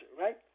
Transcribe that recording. right